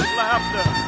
laughter